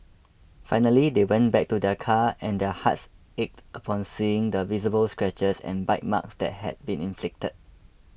finally they went back to their car and their hearts ached upon seeing the visible scratches and bite marks that had been inflicted